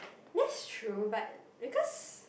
that's true but because